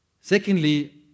Secondly